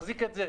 תחזיק את זה.